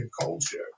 culture